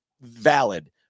valid